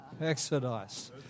Exodus